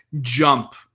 jump